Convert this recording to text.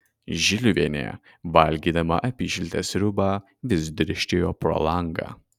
žiliuvienė valgydama apyšiltę sriubą vis dirsčiojo pro langą